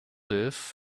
live